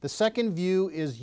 the second view is